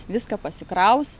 viską pasikraus